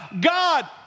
God